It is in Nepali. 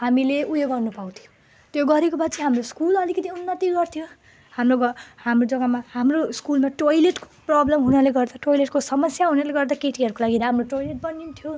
हामीले उयो गर्नु पाउँथ्यौँ त्यो गरेको भए चाहिँ हाम्रो स्कुल अलिकति उन्नति गर्थ्यौँ हाम्रो घ हाम्रो जग्गामा हाम्रो स्कुलमा टोयलेटको प्रब्लम हुनाले गर्दा टोयलेटको समस्या हुनाले गर्दा केटीहरूको लागि राम्रो टोयलेट बनिन्थ्यो